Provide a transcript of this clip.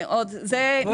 כל